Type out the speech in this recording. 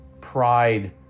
pride